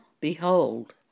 behold